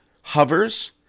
hovers